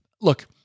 look